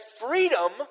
freedom